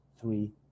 three